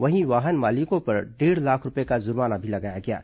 वहीं वाहन मालिकों पर डेढ़ लाख रूपये का जुर्माना भी लगाया गया है